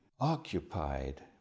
occupied